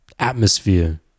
atmosphere